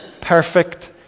perfect